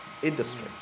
industry